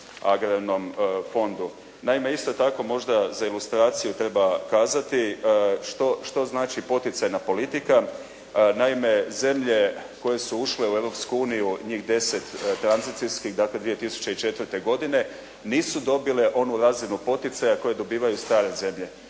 agrarnom fondu. Naime, isto tako možda za ilustraciju treba kazati što znači poticajna politika? Naime, zemlje koje su ušle u Europsku uniju, njih 10 tranzicijskih, dakle 2004. godine nisu dobile onu razinu poticaja koju dobivaju stare zemlje